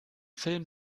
film